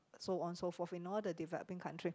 so on so forth in all the developing country